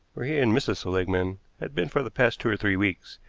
where he and mrs. seligmann had been for the past two or three weeks,